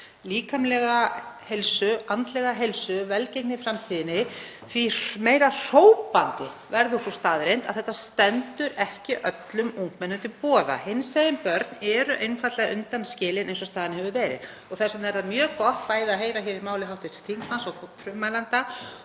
líkamlega heilsu, andlega heilsu, velgengni í framtíðinni, því meira hrópandi verður sú staðreynd að þetta stendur ekki öllum ungmennum til boða. Hinsegin börn eru einfaldlega undanskilin eins og staðan hefur verið. Þess vegna er mjög gott að heyra, bæði í máli hv. þingmanns og frummælanda